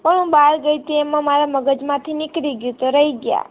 પણ હું બાર ગઈ તો માર મગજ માંથી જ નીકળી ગયું તો રહી ગયા